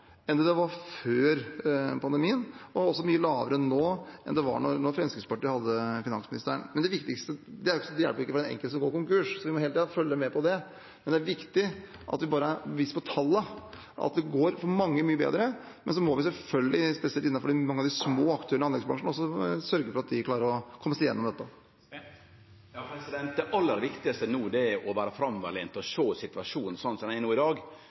enn det var før pandemien, og det er også mye lavere nå enn det var da Fremskrittspartiet hadde finansministeren. Det hjelper ikke den enkelte som går konkurs, så vi må hele tiden følge med på det, men det er viktig at vi er bevisste på tallene. Det går mye bedre for mange. Så må vi selvfølgelig, spesielt for mange av de små aktørene i anleggsbransjen, sørge for at de klarer å komme seg gjennom dette. Det aller viktigaste no er å vere framoverlent og sjå situasjonen sånn han er i dag. Han er dramatisk for transportnæringa. Dei drivstoffprisane som er no, er skyhøge i